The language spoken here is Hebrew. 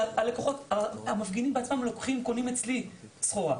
המפגינים בעצמם קונים אצלי סחורה.